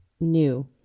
new